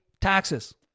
taxes